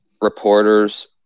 reporters